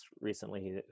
recently